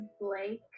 blake